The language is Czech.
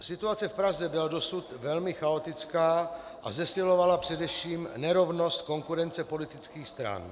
Situace v Praze byla dosud velmi chaotická a zesilovala především nerovnost konkurence politických stran.